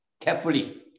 carefully